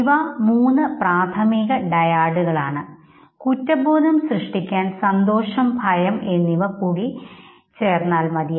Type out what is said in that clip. ഇവ മൂന്നും പ്രാഥമിക ഡയാഡുകളാണ് കുറ്റബോധം സൃഷ്ടിക്കാൻ സന്തോഷം ഭയം എന്നിവ സംയോജിപ്പിച്ചാൽ മതി